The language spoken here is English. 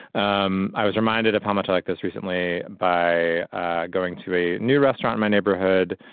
um i was reminded of how much i like this recently by going to a new restaurant in my neighborhood